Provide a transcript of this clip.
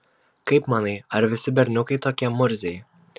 kaip manai ar visi berniukai tokie murziai